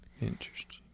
Interesting